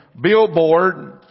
billboard